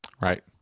Right